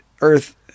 earth